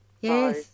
Yes